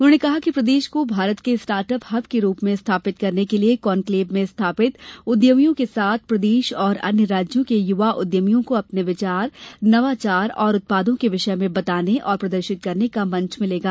उन्होंने कहा कि प्रदेश को भारत के स्टार्ट अप हब के रूप में स्थापित करने के लिये कॉन्क्लेव में स्थापित उद्यमियों के साथ प्रदेश और अन्य राज्यों के युवा उद्यमियों को अपने विचार नवाचार और उत्पादों के विषय में बताने और प्रदर्शित करने का मंच मिलेगा